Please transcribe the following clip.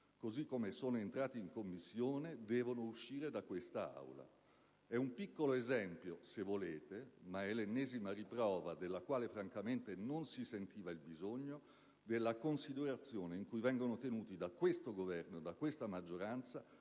così come sono entrati in Commissione devono uscire da quest'Aula. È un piccolo esempio, se volete, ma è l'ennesima riprova della quale francamente non si sentiva il bisogno, della considerazione in cui vengono tenuti da questo Governo e da questa maggioranza